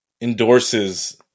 Endorses